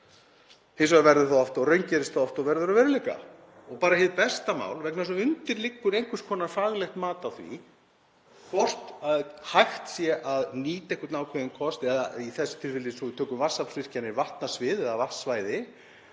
Hins vegar raungerist það oft og verður að veruleika og það er bara hið besta mál vegna þess að undir liggur einhvers konar faglegt mat á því hvort hægt sé að nýta einhvern ákveðinn kost, eða í þessu tilfelli, svo að við tökum vatnsaflsvirkjanir, vatnasvið eða vatnssvæði,